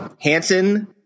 Hanson